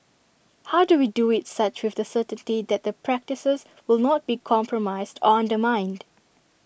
how do we do IT such with the certainty that the practices will not be compromised or undermined